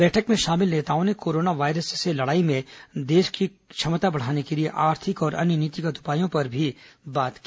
बैठक में शामिल नेताओं ने कोरोना वायरस से लड़ाई में देश की क्षमता बढ़ाने के लिए आर्थिक और अन्य नीतिगत उपायों पर भी बात की